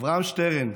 אברהם שטרן,